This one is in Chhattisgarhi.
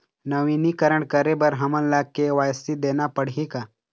नवीनीकरण करे बर हमन ला के.वाई.सी देना पड़ही का?